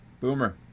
Boomer